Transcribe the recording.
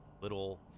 little